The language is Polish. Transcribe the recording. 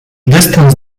dystans